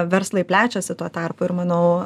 verslai plečiasi tuo tarpu ir manau